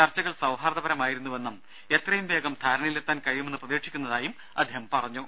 ചർച്ചകൾ സൌഹാർദപരമായിരുന്നുവെന്നും എത്രയും വേഗം ധാരണയിലെത്താൻ കഴിയുമെന്ന് പ്രതീക്ഷിക്കുന്നതായി അദ്ദേഹം പറഞ്ഞു